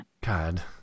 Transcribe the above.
God